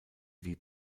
wie